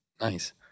nice